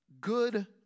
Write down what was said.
Good